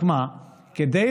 רק מה, כדי